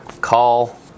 Call